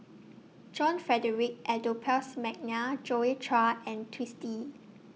John Frederick Adolphus Mcnair Joi Chua and Twisstii